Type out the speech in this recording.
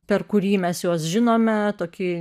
per kurį mes juos žinome tokį